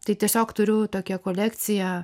tai tiesiog turiu tokią kolekciją